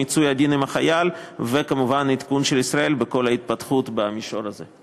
למיצוי הדין עם החייל וכמובן לעדכון של ישראל בכל ההתפתחות במישור הזה.